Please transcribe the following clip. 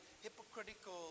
hypocritical